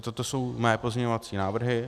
Toto jsou mé pozměňovací návrhy.